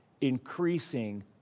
increasing